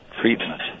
treatment